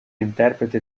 interprete